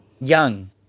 young